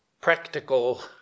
practical